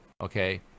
okay